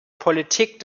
politik